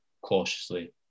cautiously